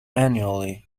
annually